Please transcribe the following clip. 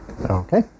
Okay